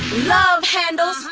love-handles!